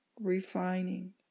refining